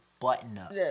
button-up